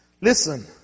Listen